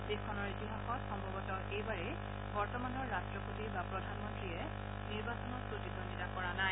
দেশখনৰ ইতিহাসত সম্ভৱতঃ এইবাৰেই বৰ্তমানৰ ৰাট্টপতি বা প্ৰধানমন্ত্ৰীয়ে নিৰ্বাচনত প্ৰতিদ্বন্দ্বিতা কৰা নাই